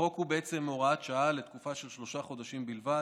החוק הוא בעצם הוראת שעה לתקופה של שלושה חודשים בלבד,